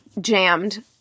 jammed